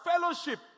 fellowship